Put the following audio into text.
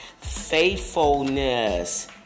faithfulness